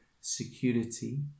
security